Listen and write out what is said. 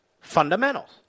fundamentals